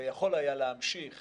רח"ל הייתה יכולה וצריכה להמשיך